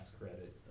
credit